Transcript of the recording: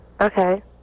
okay